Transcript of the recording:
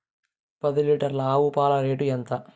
పది లీటర్ల ఆవు పాల రేటు ఎంత?